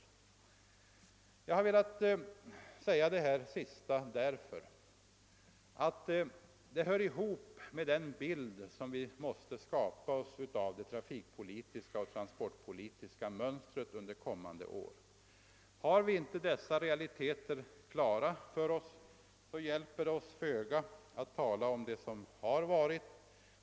Jag har velat framhålla detta därför att det hör samman med den bild som vi måste skapa oss av det trafikpolitiska och transportpolitiska mönstret under kommande år. Har vi inte realiteterna klara för oss hjälper det föga att tala om vad som har varit.